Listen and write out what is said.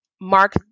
mark